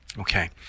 okay